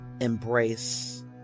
embrace